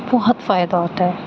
بہت فائدہ ہوتا ہے